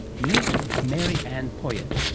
meet mary-anne poyitt,